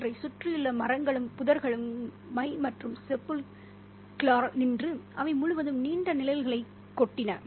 அவற்றைச் சுற்றியுள்ள மரங்களும் புதர்களும் மை மற்றும் செப்புல்க்ரலாக sepulchral நின்று அவை முழுவதும் நீண்ட நிழல்களைக் கொட்டின